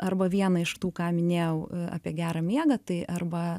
arba vieną iš tų ką minėjau apie gerą miegą tai arba